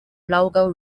logo